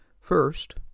First